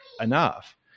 enough